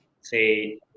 say